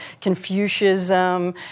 Confucianism